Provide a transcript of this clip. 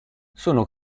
sono